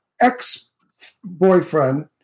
ex-boyfriend